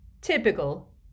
Typical